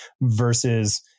versus